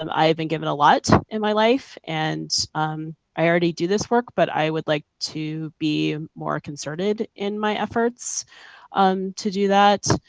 um i have been given a lot in my life, and i already do this work, but i would like to more concerted in my efforts um to do that.